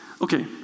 Okay